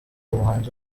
umuhanzi